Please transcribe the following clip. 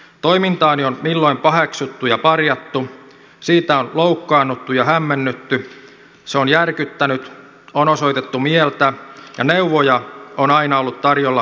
toimintaani on milloin paheksuttu ja parjattu siitä on loukkaannuttu ja hämmennytty se on järkyttänyt on osoitettu mieltä ja neuvoja on aina ollut tarjolla joka lähtöön